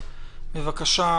בבקשה,